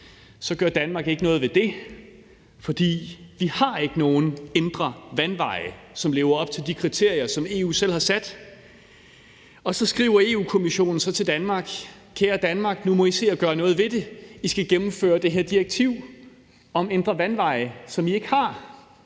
gør så ikke noget ved det, fordi vi ikke har nogen indre vandveje, som lever op til de kriterier, som EU selv har sat, og så skriver Europa-Kommissionen til Danmark: Kære Danmark, nu må I se at gøre noget ved det, I skal gennemføre det her direktiv om indre vandveje, som I ikke har.